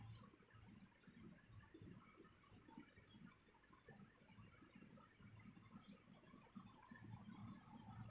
it